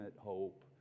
hope